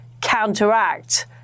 counteract